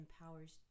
empowers